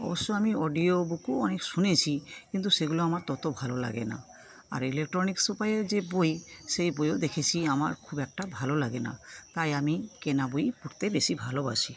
অবশ্য আমি অডিওবুকও অনেক শুনেছি কিন্তু সেগুলো আমার তত ভালো লাগে না আর ইলেকট্রনিক্স উপায়ও যে বই সে বইও দেখেছি আমার খুব একটা ভালো লাগে না তাই আমি কেনা বইই পড়তে বেশি পড়তে ভালোবাসি